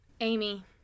Amy